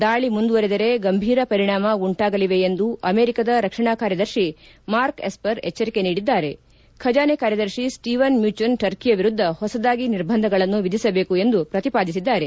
ದಾಳಿ ಮುಂದುವರೆದರೆ ಗಂಭೀರ ಪರಿಣಾಮ ಉಂಟಾಗಲಿವೆ ಎಂದು ಅಮೆರಿಕದ ರಕ್ಷಣಾ ಕಾರ್ಯದರ್ಶಿ ಮಾರ್ಕ್ ಎಸ್ವರ್ ಎಚ್ವರಿಕೆ ನೀಡಿದ್ದರೆ ಖಜಾನೆ ಕಾರ್ಯದರ್ಶಿ ಸ್ನೀವನ್ ಮ್ಯೂಚುನ್ ಟರ್ಕಿಯ ವಿರುದ್ದ ಹೊಸದಾಗಿ ನಿರ್ಬಂಧಗಳನ್ನು ವಿಧಿಸಬೇಕು ಎಂದು ಪ್ರತಿಪಾದಿಸಿದ್ದಾರೆ